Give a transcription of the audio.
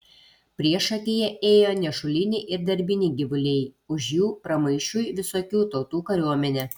priešakyje ėjo nešuliniai ir darbiniai gyvuliai už jų pramaišiui visokių tautų kariuomenė